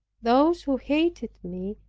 those who hated me,